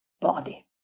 body